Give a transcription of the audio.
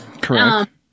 Correct